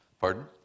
Pardon